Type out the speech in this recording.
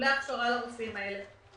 מסלולי הכשרה לרופאים האלה,